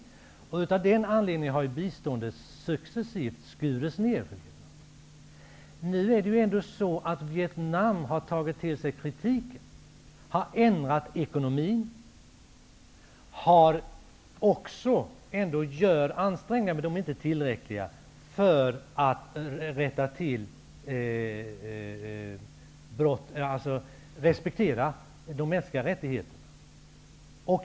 Av den anledningen har biståndet successivt skurits ner. Men Vietnam har ju ändå tagit till sig kritiken. Ekonomin har ändrats och det görs ansträngningar -- dock inte tillräckliga -- för att de mänskliga rättigheterna skall respekteras.